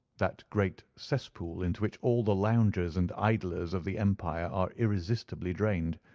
that great cesspool into which all the loungers and idlers of the empire are irresistibly drained.